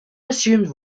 assumed